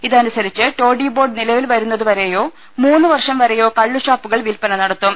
ഇതനുസരിച്ച് toddy board നില വിൽ വരുന്നതു വരെയോ മൂന്ന് വർഷം വരെയോ കള്ള് ഷാപ്പു കൾ വിൽപ്പന നടത്തും